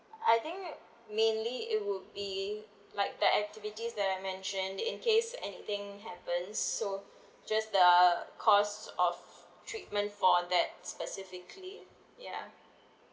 I think mainly it would be like the activities that I mentioned in case anything happens so just the cost of treatment for that specifically ya